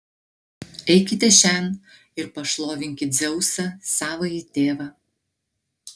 eikite šen ir pašlovinkit dzeusą savąjį tėvą